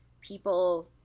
people